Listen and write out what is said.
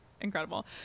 incredible